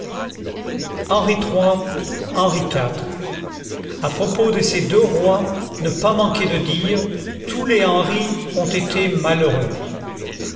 henri iii henri iv a propos de ces deux rois ne pas manquer de dire tous les henri ont été malheureux